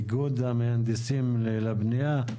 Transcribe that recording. איגוד המהנדסים לבנייה.